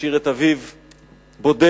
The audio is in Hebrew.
השאיר את אביו בודד,